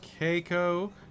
Keiko